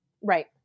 Right